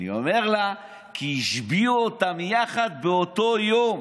אני אומר לה: כי השביעו אותם יחד באותו יום.